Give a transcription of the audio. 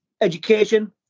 education